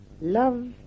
love